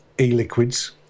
e-liquids